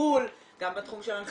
גם בתחום של טיפול,